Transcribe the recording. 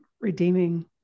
redeeming